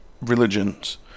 religions